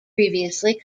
previously